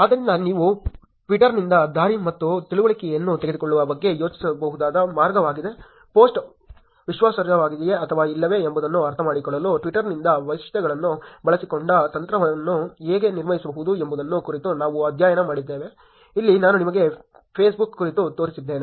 ಆದ್ದರಿಂದ ನೀವು ಟ್ವಿಟರ್ನಿಂದ ದಾರಿ ಮತ್ತು ತಿಳುವಳಿಕೆಯನ್ನು ತೆಗೆದುಕೊಳ್ಳುವ ಬಗ್ಗೆ ಯೋಚಿಸಬಹುದಾದ ಮಾರ್ಗವಾಗಿದೆ ಪೋಸ್ಟ್ ವಿಶ್ವಾಸಾರ್ಹವಾಗಿದೆಯೇ ಅಥವಾ ಇಲ್ಲವೇ ಎಂಬುದನ್ನು ಅರ್ಥಮಾಡಿಕೊಳ್ಳಲು ಟ್ವಿಟರ್ನಿಂದ ವೈಶಿಷ್ಟ್ಯಗಳನ್ನು ಬಳಸಿಕೊಂಡು ತಂತ್ರಗಳನ್ನು ಹೇಗೆ ನಿರ್ಮಿಸುವುದು ಎಂಬುದರ ಕುರಿತು ನಾವು ಅಧ್ಯಯನ ಮಾಡಿದ್ದೇವೆ ಇಲ್ಲಿ ನಾನು ನಿಮಗೆ ಫೇಸ್ಬುಕ್ ಕುರಿತು ತೋರಿಸಿದ್ದೇನೆ